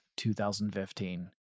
2015